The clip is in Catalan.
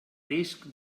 risc